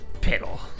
piddle